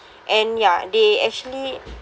and ya they actually